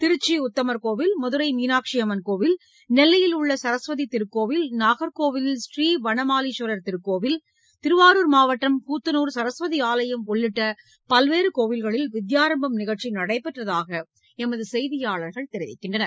திருச்சி உத்தமர் கோவில் மதுரை மீனாட்சியம்மன் கோவில் நெல்லையில் உள்ள சரஸ்வதி திருக்கோவில் நாகர்கோவிலில் ஸ்ரீவன மாலிஸ்வரர் திருக்கோவில் திருவாரூர் சரஸ்வதி ஆலயம் உள்ளிட்ட பல்வேறு கோயில்களில் வித்யாரம்பம் நிகழ்ச்சி நடைபெற்றதாக எமது செய்தியாளர்கள் தெரிவிக்கின்றனர்